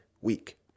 week